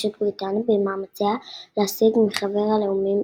את בריטניה במאמציה להשיג מחבר הלאומים